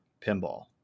pinball